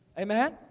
Amen